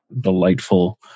delightful